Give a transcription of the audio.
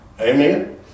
Amen